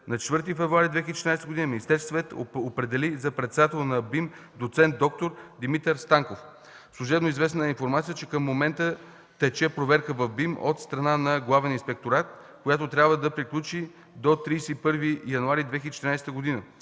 На 4 февруари 2014 г. Министерският съвет определи за председател на БИМ доц. д-р Димитър Станков. Служебно известна е информацията, че към момента тече проверка в БИМ от страна на Главен инспекторат, която трябва да приключи до 31 януари 2014 г.,